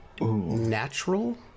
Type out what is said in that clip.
natural